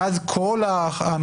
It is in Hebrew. ואז כל הנושים,